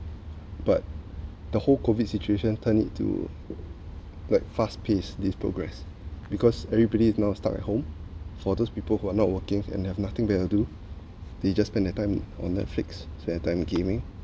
but the whole COVID situation turn it to like fast pace this progress because everybody is now stuck at home for those people who are not working and have nothing there to do they just spend their time on netflix time gaming